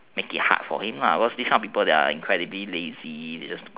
make it hard for him lah cause these kind of people that are incredibly lazy they just